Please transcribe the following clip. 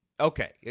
Okay